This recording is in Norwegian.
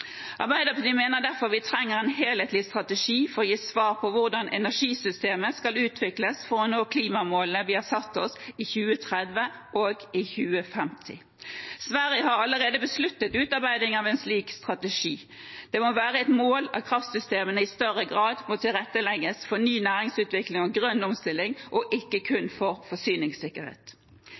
Arbeiderpartiet mener derfor vi trenger en helhetlig strategi for å gi svar på hvordan energisystemet skal utvikles for å nå klimamålene vi har satt oss i 2030 og i 2050. Sverige har allerede besluttet utarbeiding av en slik strategi. Det må være et mål at kraftsystemene i større grad tilrettelegges for ny næringsutvikling og grønn omstilling og ikke kun for forsyningssikkerhet.